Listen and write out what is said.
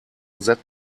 that